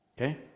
Okay